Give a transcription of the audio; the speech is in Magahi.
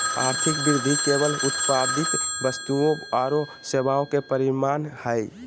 आर्थिक वृद्धि केवल उत्पादित वस्तुओं औरो सेवाओं के परिमाण हइ